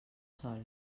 sol